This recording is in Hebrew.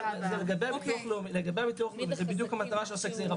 לגבי הביטוח הלאומי, זו בדיוק המטרה של עוסק זעיר.